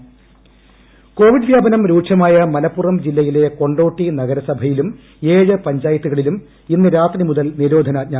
മലപ്പുറം നിരോധനാജ്ഞ കോവിഡ് വ്യാപനം രൂക്ഷമായ മലപ്പുറം ജില്ലയിലെ കൊണ്ടോട്ടി നഗരസഭയിലും ഏഴ് പഞ്ചായത്തുകളിലും ഇന്ന് രാത്രി മുതൽ നിരോധനാജ്ഞ